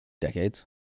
decades